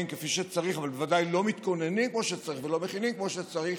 כפי שצריך אבל בוודאי לא מתכוננים כמו שצריך ולא מכינים כמו שצריך,